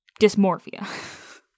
Dysmorphia